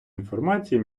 інформації